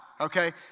okay